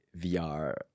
VR